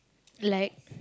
like